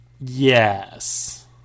Yes